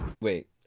wait